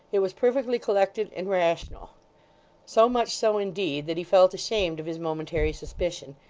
it was perfectly collected and rational so much so, indeed, that he felt ashamed of his momentary suspicion,